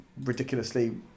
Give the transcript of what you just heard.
ridiculously